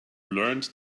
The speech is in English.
learned